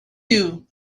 you